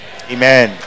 Amen